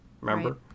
remember